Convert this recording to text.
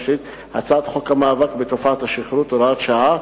שלישית הצעת חוק המאבק בתופעת השכרות (הוראת שעה),